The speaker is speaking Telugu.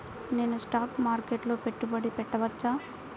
నేను స్టాక్ మార్కెట్లో పెట్టుబడి పెట్టవచ్చా?